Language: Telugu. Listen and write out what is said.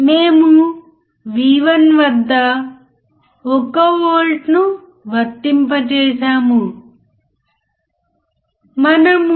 కాబట్టి ఈ విధంగా మనం అర్థం చేసుకోవాలి